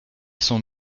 sont